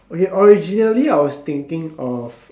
okay originally I was thinking of